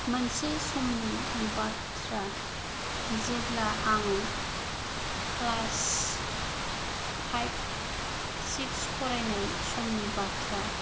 मोनसे समनि बाथ्रा जेब्ला आं क्लास फाइभ सिक्स फरायनाय समनि बाथ्रा